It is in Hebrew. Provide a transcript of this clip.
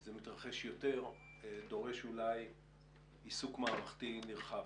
זה מתרחש יותר, דורש אולי עיסוק מערכתי נרחב.